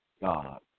God